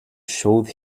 showed